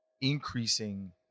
increasing